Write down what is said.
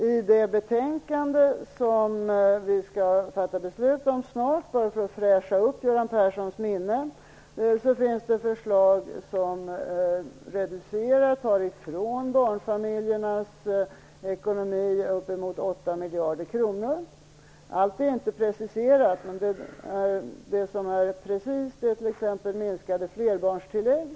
I det betänkande som vi snart skall fatta beslut om - jag säger detta bara för att fräscha upp Göran Perssons minne - finns det förslag som reducerar barnfamiljernas ekonomi med uppemot 8 miljarder kronor. Det är vad som tas ifrån dem. Allt är inte preciserat. Men precist är det t.ex. beträffande de minskade flerbarnstilläggen.